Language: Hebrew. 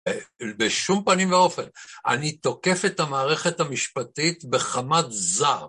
בשום פנים ואופן. אני תוקף את המערכת המשפטית בחמת זעם.